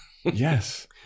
Yes